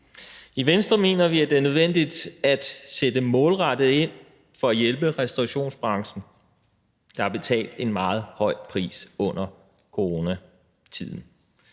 I Venstre mener vi, at det er nødvendigt at sætte målrettet ind for at hjælpe restaurationsbranchen, der har betalt en meget høj pris under coronatiden.